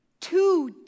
two